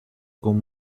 con